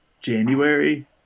January